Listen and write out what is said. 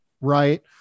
Right